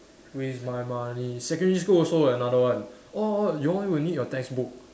waste my money secondary school also another orh orh you all will need your textbook